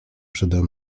przede